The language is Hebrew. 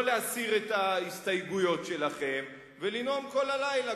לא להסיר את ההסתייגויות שלכם ולנאום כל הלילה,